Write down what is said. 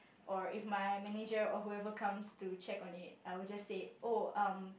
or if my manager or whoever comes to check on it I would just say oh um